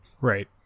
Right